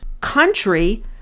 country